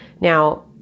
Now